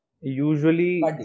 Usually